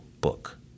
book